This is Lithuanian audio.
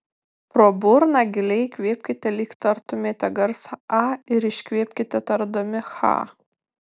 pro burną giliai įkvėpkite lyg tartumėte garsą a ir iškvėpkite tardami cha